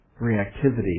reactivity